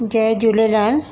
Jay Jhulelal